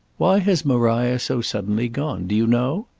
why has maria so suddenly gone? do you know?